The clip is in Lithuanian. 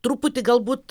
truputį galbūt